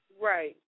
Right